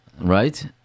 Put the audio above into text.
right